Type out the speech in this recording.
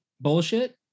Bullshit